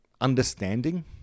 understanding